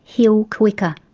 heal quicker.